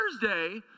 Thursday